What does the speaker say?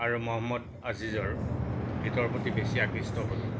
আৰু মহম্মদ আজিজৰ গীতৰ প্ৰতি বেছি আকৃষ্ট হ'লো